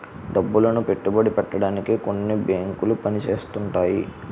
డబ్బులను పెట్టుబడి పెట్టడానికే కొన్ని బేంకులు పని చేస్తుంటాయట